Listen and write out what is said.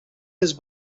his